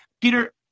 Peter